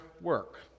work